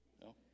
No